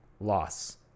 loss